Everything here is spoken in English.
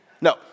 No